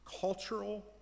cultural